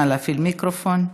נא להפעיל מיקרופון.